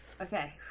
Okay